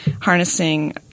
harnessing